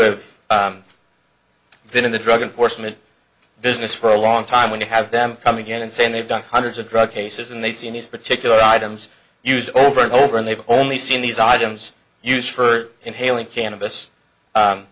have been in the drug enforcement business for a long time when you have them coming in and saying they've done hundreds of drug cases and they seen these particular items used over and over and they've only seen these items use for inhaling